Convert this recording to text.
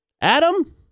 Adam